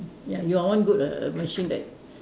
ya your one good err err machine that